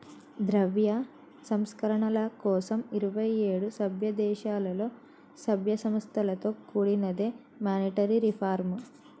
ద్రవ్య సంస్కరణల కోసం ఇరవై ఏడు సభ్యదేశాలలో, సభ్య సంస్థలతో కూడినదే మానిటరీ రిఫార్మ్